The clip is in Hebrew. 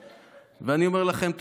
אני אומר לכם תודה.